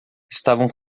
estavam